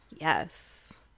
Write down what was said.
Yes